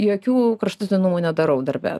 jokių kraštutinumų nedarau darbe